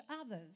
others